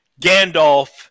Gandalf